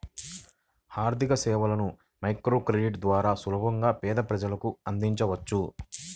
ఆర్థికసేవలను మైక్రోక్రెడిట్ ద్వారా సులభంగా పేద ప్రజలకు అందించవచ్చు